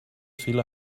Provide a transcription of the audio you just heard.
fil